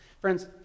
Friends